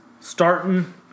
Starting